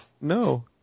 No